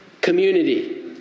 community